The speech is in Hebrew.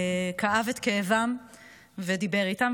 כאב את כאבם ודיבר איתם,